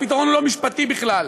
הפתרון הוא לא משפטי בכלל.